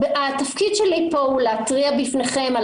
התפקיד שלי פה הוא להתריע בפניכם על